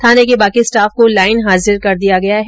थाने के बाकी स्टाफ को ॅलाईन हाजिर कर दिया गया है